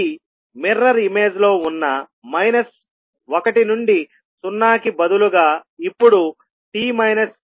ఇది mirror image లో ఉన్న 1 నుండి 0 కి బదులుగా ఇప్పుడు t 1 నుండి t మధ్య ఉంటుంది